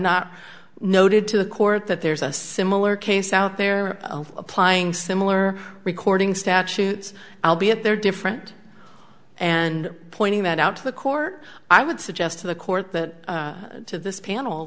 not noted to the court that there's a similar case out there applying similar recording statutes i'll be at their different and pointing that out to the court i would suggest to the court that to this panel